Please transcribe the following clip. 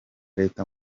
leta